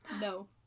No